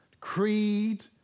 Creed